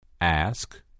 Ask